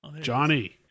Johnny